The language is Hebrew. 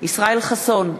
ישראל חסון,